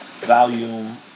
volume